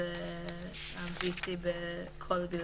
ל-VC וקול בלבד.